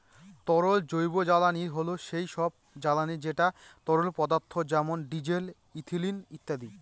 তরল জৈবজ্বালানী হল সেই সব জ্বালানি যেটা তরল পদার্থ যেমন ডিজেল, ইথানল ইত্যাদি